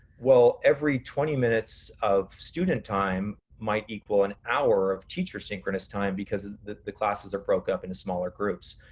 well, every twenty minutes of student time might equal an hour of teacher synchronous time because the the classes are broke up into smaller groups.